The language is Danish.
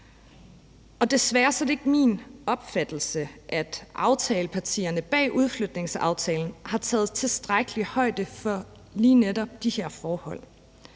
Desværre er det ikke min opfattelse, at aftalepartierne bag udflytningsaftalen har taget tilstrækkelig højde for lige netop de her forhold.